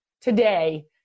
today